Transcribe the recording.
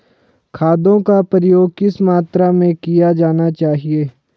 खादों का प्रयोग किस मात्रा में किया जाना चाहिए?